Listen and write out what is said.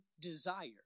desire